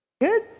Good